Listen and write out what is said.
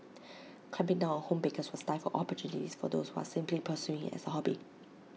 clamping down home bakers would stifle opportunities for those who are simply pursuing IT as A hobby